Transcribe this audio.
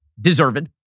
deserved